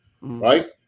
right